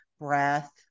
breath